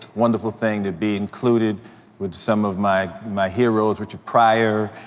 wonderful thing to be included with some of my, my heroes, richard pryor,